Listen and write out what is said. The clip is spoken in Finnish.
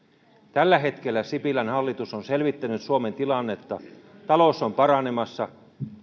tällä hetkellä sipilän hallitus on selvittänyt suomen tilannetta talous on paranemassa